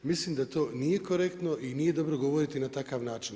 Mislim da to nije korektno i nije dobro govoriti na takav način.